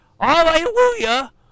hallelujah